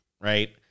Right